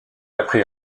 apprit